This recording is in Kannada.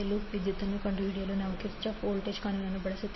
ಲೂಪ್ ವಿದ್ಯುತ್ವನ್ನು ಕಂಡುಹಿಡಿಯಲು ನಾವು ಕಿರ್ಚಾಫ್ನ ವೋಲ್ಟೇಜ್ ಕಾನೂನನ್ನು ಬಳಸುತ್ತೇವೆ